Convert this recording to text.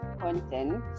content